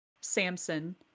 Samson